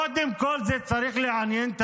קודם כול זה צריך לעניין את